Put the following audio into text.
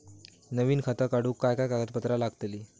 नवीन खाता काढूक काय काय कागदपत्रा लागतली?